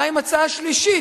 בא עם הצעה שלישית.